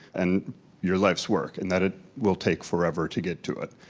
and your life's work, and that it will take forever to get to it.